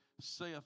saith